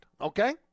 okay